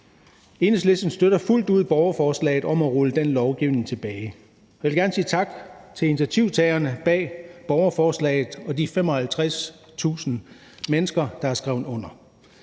Enhedslisten støtter fuldt ud borgerforslaget om at rulle den lovgivning tilbage. Jeg vil gerne sige tak til initiativtagerne bag borgerforslaget og de 55.000 mennesker, der har skrevet under.